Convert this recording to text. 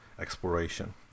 exploration